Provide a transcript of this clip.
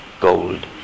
gold